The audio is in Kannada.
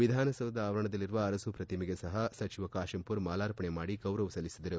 ವಿಧಾನಸೌಧದ ಆವರಣದಲ್ಲಿರುವ ಅರಸು ಪ್ರತಿಮೆಗೆ ಸಹ ಸಚಿವ ಕಾತೆಂಪುರ್ ಮಾಲಾರ್ಪಣೆ ಮಾಡಿ ಗೌರವ ಸಲ್ಲಿಸಿದರು